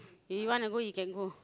you want to go he can go